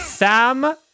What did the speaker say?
Sam